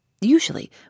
Usually